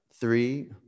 three